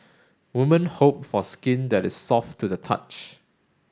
women hope for skin that is soft to the touch